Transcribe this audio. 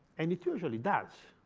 and it usually does